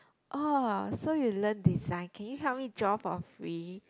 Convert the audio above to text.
oh so you learn design can you help me draw for free